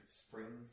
spring